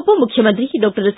ಉಪಮುಖ್ಯಮಂತ್ರಿ doctor C